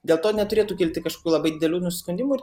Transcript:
dėl to neturėtų kilti kažkokių labai didelių nusiskundimų ir